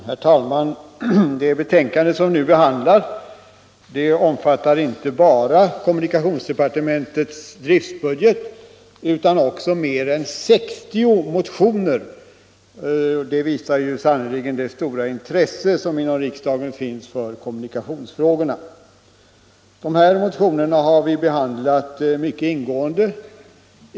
Herr talman! Det betänkande som vi nu diskuterar omfattar inte bara kommunikationsdepartementets driftbudget utan behandlar också mer än 60 motioner. Det visar sannerligen det stora intresse som inom riksdagen finns för kommunikationsfrågorna. Vi har behandlat dessa motioner mycket ingående.